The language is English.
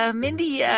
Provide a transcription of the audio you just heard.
ah mindy, yeah